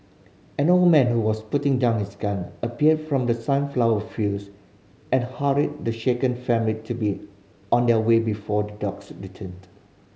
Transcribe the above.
an old man who was putting down his gun appeared from the sunflower fields and hurried the shaken family to be on their way before the dogs returned